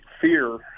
fear